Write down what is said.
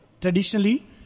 Traditionally